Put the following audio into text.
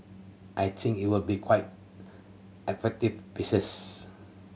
I think it will be quite effective pieces